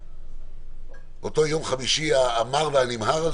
אותו יום חמישי המר והנמהר?